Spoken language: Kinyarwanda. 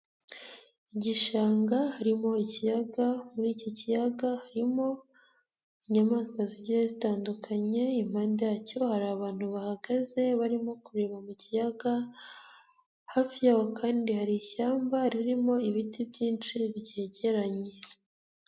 Igishanga harimo ikiyaga, muri iki kiyaga harimo inyamaswa zigiye zitandukanye, impande yacyo hari abantu bahagaze barimo kureba mui icyo kiyaga, hafi y'aho kandi hari ishyamba ririmo ibiti byinshi byegeranye.